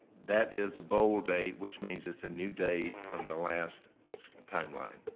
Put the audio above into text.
that is a bold date, which means it's a new date from the last timeline.